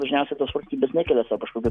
dažniausiai tos valstybės nekelia sau kažkokių